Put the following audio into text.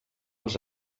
els